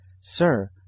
Sir